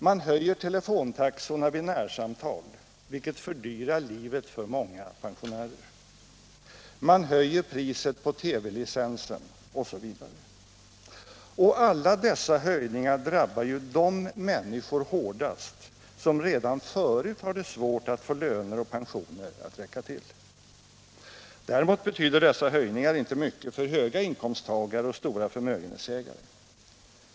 Man höjer telefontaxorna vid närsamtal, vilket fördyrar livet för många pensionärer. Man höjer priset på TV-licensen, osv. Alla dessa höjningar drabbar de människor hårdast som redan förut har det svårt att få löner och pensioner att räcka till. Däremot betyder dessa höjningar inte mycket för höga inkomsttagare och stora föremögenhetsägare.